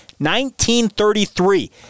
1933